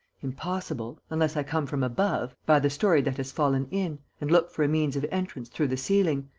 impossible. unless i come from above, by the story that has fallen in, and look for a means of entrance through the ceiling.